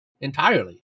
entirely